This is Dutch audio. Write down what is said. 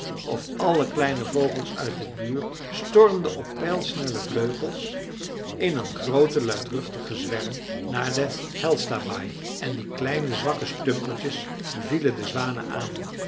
of alle kleine vogels uit de buurt stormden op pijlsnelle vleugels in een groote luidruchtige zwerm naar de hjälstabaai en die kleine zwakke stumpertjes vielen de zwanen aan